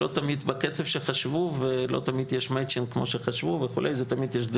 ולא תמיד בקצב שחשבו ולא תמיד יש מצ'ינג וכו',